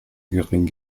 gering